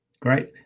great